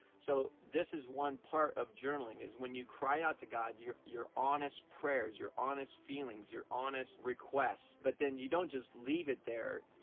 so this is one part of journaling when you cry out to god you're you're honest prayers, you're honest feelings, you're honest requests. but then you don't just leave it there.